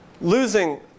losing